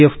F